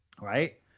Right